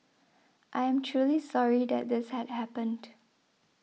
I am truly sorry that this had happened